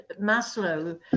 maslow